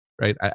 right